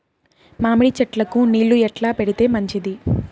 మామిడి చెట్లకు నీళ్లు ఎట్లా పెడితే మంచిది?